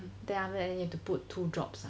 then after that then you need to put two drops